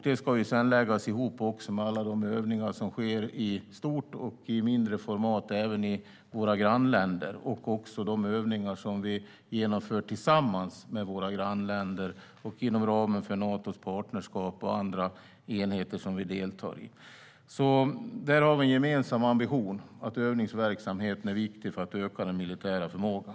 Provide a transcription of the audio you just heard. Det ska sedan läggas ihop med alla de övningar som sker i större och mindre format i våra grannländer och även med de övningar vi genomför tillsammans med våra grannländer, inom ramen för Natos partnerskap och andra enheter som vi deltar i. Vi har alltså en gemensam ambition, att övningsverksamheten är viktig för att öka den militära förmågan.